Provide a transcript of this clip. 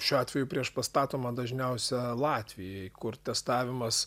šiuo atveju priešpastatoma dažniausia latvijai kur testavimas